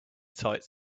tight